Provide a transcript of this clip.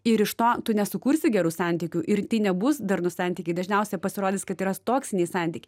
ir iš to tu nesukursi gerų santykių ir tai nebus darnūs santykiai dažniausia pasirodys kad yra toksiniai santyk